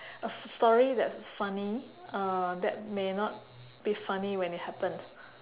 a story that's funny uh that may not be funny when it happened